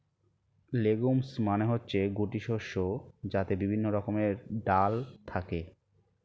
legumes মানে হচ্ছে গুটি শস্য যাতে বিভিন্ন রকমের ডাল থাকে